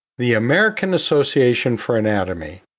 the american association for anatomy,